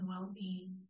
well-being